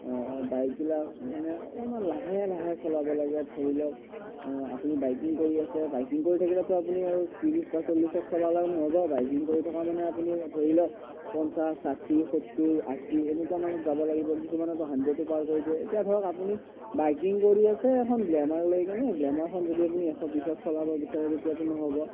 বাইকবিলাক মানে অকণমান লাহে লাহে চলাব লাগে ধৰি লওক আপুনি বাইকিং কৰি আছে বাইকিং কৰি থাকিলেতো আপুনিটো আৰু ত্ৰিছ বা চল্লিছত চলালেও নহ'ব বাইকিং কৰি থকা মানে আপুনি ধৰি লওক পঞ্চাছ ষাঠি সত্তৰ আশী এনেকুৱা মানত যাব লাগিব কিছুমানেতো হানড্ৰেডো পাৰ কৰি দিয়ে এতিয়া ধৰক আপুনি বাইকিং কৰি আছে এখন গ্লেমাৰ লৈ কেনে গ্লেমাৰখন যদি আপুনি এশ বিছত চলাব বিচাৰে তেতিয়াতো নহ'ব